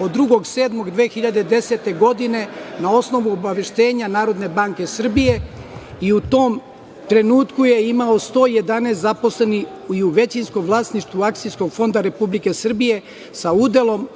od 2. jula 2010. godine, na osnovu obaveštenja Narodne banke Srbije i u tom trenutku je imalo 111 zaposlenih, u većinskom vlasništvu Akcijskog fonda Republike Srbije sa udelom